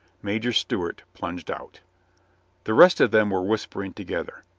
major stewart plunged out the rest of them were whispering together.